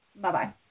Bye-bye